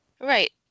Right